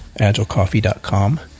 agilecoffee.com